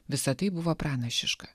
visa tai buvo pranašiška